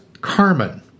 Carmen